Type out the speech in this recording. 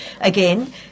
again